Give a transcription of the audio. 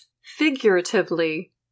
figuratively